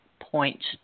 points